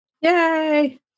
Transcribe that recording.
Yay